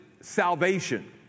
salvation